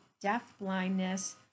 deaf-blindness